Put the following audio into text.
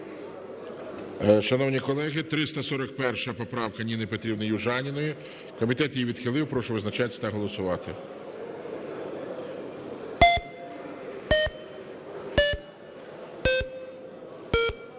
Шановні колеги, 341 поправка Ніни Петрівни Южаніної. Комітет її відхилив. Прошу визначатися та голосувати.